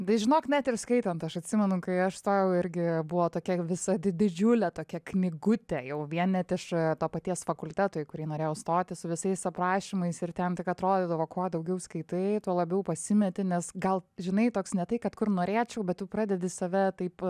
tai žinok net ir skaitant aš atsimenu kai aš stojau irgi buvo tokia visa di didžiulė tokia knygutė jau vien net iš to paties fakulteto į kurį norėjau stoti su visais aprašymais ir ten tik atrodydavo kuo daugiau skaitai tuo labiau pasimeti nes gal žinai toks ne tai kad kur norėčiau bet tu pradedi save taip